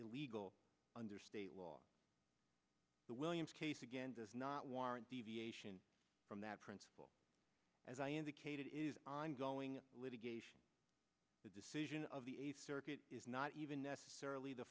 illegal under state law the williams case again does not warrant deviation from that principle as i indicated it is ongoing litigation the decision of the eighth circuit is not even necessarily the